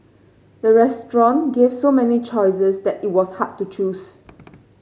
the restaurant gave so many choices that it was hard to choose